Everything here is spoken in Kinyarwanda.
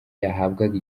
yahabwaga